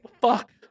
Fuck